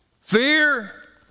fear